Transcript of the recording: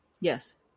Yes